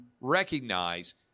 recognize